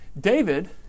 David